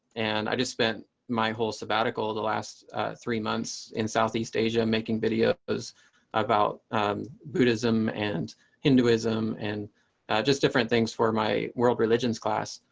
and i just spent my whole sabbatical the last three months in southeast asia making videos about buddhism and hinduism and just different things for my world religions class.